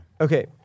Okay